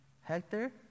Hector